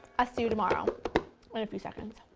ah see you tomorrow. in a few seconds.